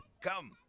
Come